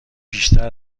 بیشتر